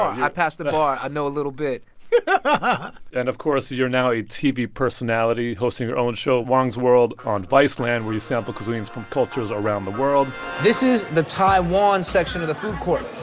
i passed the bar. i know a little bit and and of course, you're now a tv personality, hosting your own show, huang's world, on viceland, where you sample cuisines from cultures around the world this is the taiwan section of the food court.